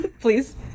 Please